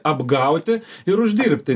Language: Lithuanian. apgauti ir uždirbti